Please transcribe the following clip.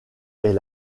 est